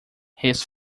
his